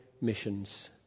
missions